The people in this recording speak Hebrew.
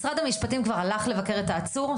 משרד המשפטים כבר הלך לבקר את העצור?